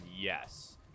yes